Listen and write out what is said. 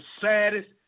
saddest